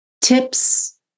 tips